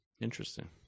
Interesting